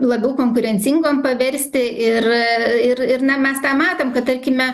labiau konkurencingom paversti ir ir ir na mes tą matom kad tarkime